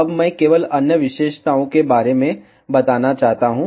अब मैं केवल अन्य विशेषताओं के बारे में बताना चाहता हूं